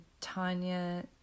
Tanya